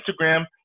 Instagram